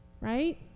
Right